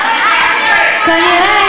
כנראה,